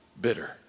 bitter